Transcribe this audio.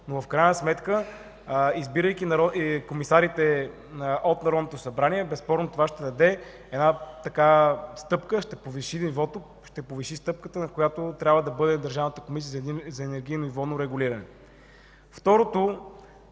В крайна сметка, избирането на комисарите от Народното събрание, безспорно ще е една стъпка, ще повиши нивото, ще се повиши стъпката, на която трябва да бъде Държавната комисия за енергийно и водно регулиране. Второто,